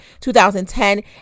2010